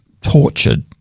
tortured